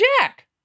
Jack